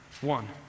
one